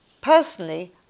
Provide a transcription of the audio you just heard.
Personally